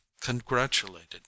congratulated